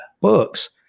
books